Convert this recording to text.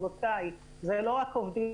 רבותיי, זה לא רק עובדים.